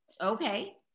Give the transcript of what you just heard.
Okay